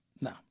no